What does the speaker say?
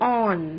on